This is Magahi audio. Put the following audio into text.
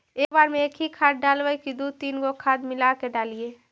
एक बार मे एकही खाद डालबय की दू तीन गो खाद मिला के डालीय?